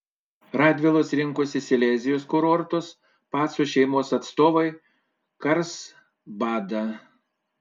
radvilos rinkosi silezijos kurortus pacų šeimos atstovai karlsbadą